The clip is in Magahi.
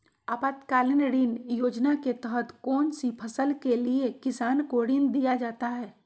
आपातकालीन ऋण योजना के तहत कौन सी फसल के लिए किसान को ऋण दीया जाता है?